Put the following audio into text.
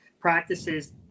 practices